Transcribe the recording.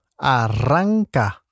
arranca